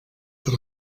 per